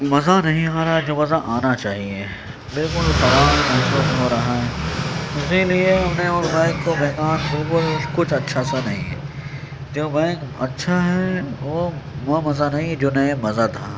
مزہ نہیں آ رہا ہے جو مزہ آنا چاہیے بالکل خراب محسوس ہو رہا ہے اسی لیے انہیں اس بیگ کو بیکار فضول کچھ اچھا سا نہیں ہے جو بیگ اچھا ہے وہ وہ مزہ نہیں جو نئے میں مزہ تھا